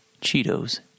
Cheetos